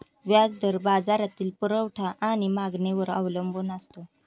व्याज दर बाजारातील पुरवठा आणि मागणीवर अवलंबून असतो